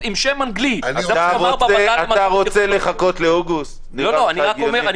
ויודעים לקחת על עצמם את הבדיקות המתאימות,